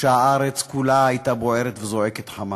שהארץ כולה הייתה בוערת וזועקת חמס.